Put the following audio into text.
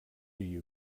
you